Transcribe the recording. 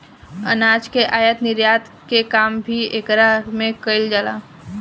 अनाज के आयत निर्यात के काम भी एकरा में कईल जाला